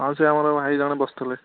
ହଁ ସିଏ ଆମର ଭାଇ ଜଣେ ବସୁଥିଲେ